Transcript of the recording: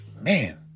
man